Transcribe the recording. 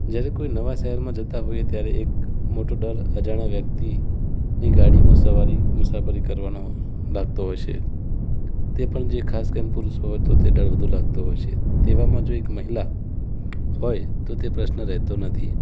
જયારે કોઈ નવાં શહેરમાં જતા હોય ત્યારે એક મોટો ડર અજાણ્યા વ્યક્તિની ગાડીમાં સવારી મુસાફરી કરવાનો લાગતો હોય છે તે પણ જે ખાસ કરીને પુરુષ હોય તો તે ડર વધુ લાગતો હોય છે તેવામાં જો એક મહિલા હોય તો તે પ્રશ્ન રહેતો નથી